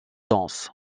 danses